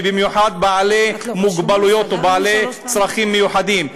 ובמיוחד אנשים עם מוגבלות או עם צרכים מיוחדים.